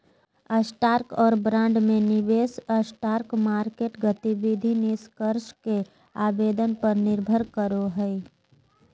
stock और bond में निवेश स्टॉक मार्केट गतिविधि निष्कर्ष के आवेदन पर निर्भर करो हइ